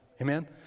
Amen